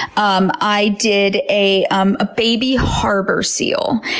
um i did a um ah baby harbor seal.